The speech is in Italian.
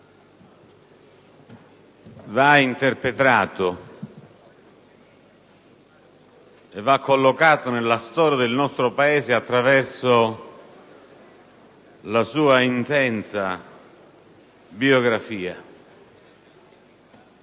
va interpretato e va collocato nella storia del nostro Paese attraverso la sua intensa biografia.